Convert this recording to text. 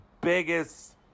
biggest